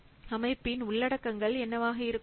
அமைப்பின் உள்ளடக்கங்கள் என்னவாக இருக்கும்